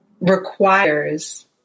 requires